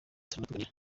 tuganira